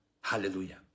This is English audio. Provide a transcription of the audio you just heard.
Hallelujah